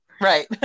Right